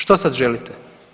Što sad želite?